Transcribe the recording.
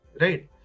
Right